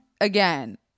again